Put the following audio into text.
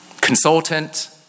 consultant